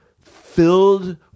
filled